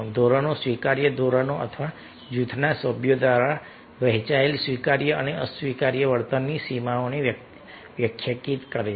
ધોરણો સ્વીકાર્ય ધોરણો અથવા જૂથના સભ્યો દ્વારા વહેંચાયેલ સ્વીકાર્ય અને અસ્વીકાર્ય વર્તનની સીમાઓને વ્યાખ્યાયિત કરે છે